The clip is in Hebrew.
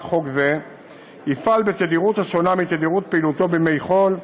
חוק זה יפעל בתדירות השונה מתדירות פעילותו בימי חול,